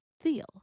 feel